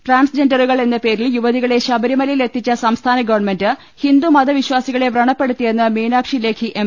ട്രാൻസ്ജെൻഡറുകൾ എന്ന പേരിൽ യുവതികളെ ശബരിമ ലയിലെത്തിച്ച സംസ്ഥാന ഗവൺമെന്റ് ഹിന്ദുമത വിശ്വാസികളെ പ്രണപ്പെടുത്തിയെന്ന് മീനാക്ഷിലേഖി എം